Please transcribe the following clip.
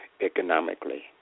economically